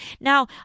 Now